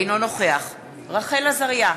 אינו נוכח רחל עזריה,